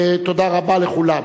תודה רבה לכולם.